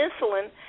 insulin